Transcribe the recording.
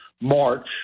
March